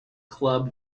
club